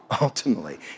ultimately